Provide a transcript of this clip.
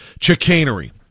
chicanery